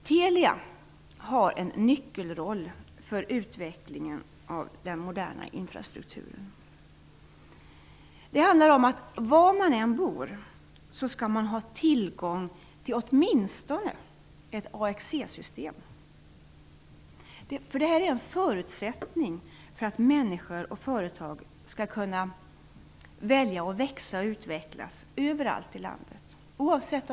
Telia har en nyckelroll för utvecklingen av den moderna infrastrukturen. Var man än bor skall man ha tillgång till åtminstone ett AXE-system. Det är en förutsättning för att människor och företag skall kunna välja att växa och utvecklas överallt i landet.